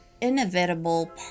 inevitable